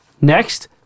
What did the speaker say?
next